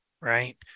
right